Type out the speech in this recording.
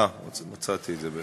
אה, בעצם מצאתי.